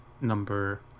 number